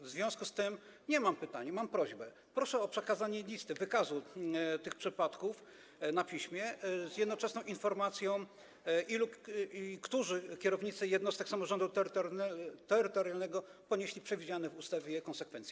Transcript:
W związku z tym nie mam pytań, mam prośbę: proszę o przekazanie listy, wykazu tych przypadków na piśmie z jednoczesną informacją, którzy kierownicy jednostek samorządu terytorialnego ponieśli przewidziane w ustawie konsekwencje.